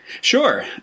Sure